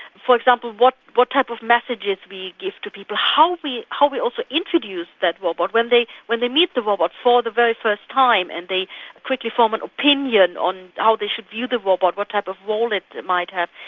for example, what what type of messages we give to people, how we how we also introduce that robot when they when they meet the robot for the very first time and they quickly form an opinion on how they should view the robot, what type of role it might have.